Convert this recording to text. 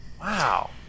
Wow